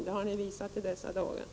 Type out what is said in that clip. Det har ni visat i dessa dagar.